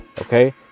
okay